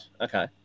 okay